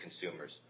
consumers